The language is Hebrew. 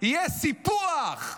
יהיה סיפוח,